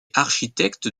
architecte